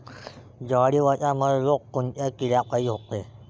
जवारीवरचा मर रोग कोनच्या किड्यापायी होते?